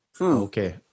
okay